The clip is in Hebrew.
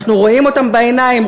אנחנו רואים אותן בעיניים,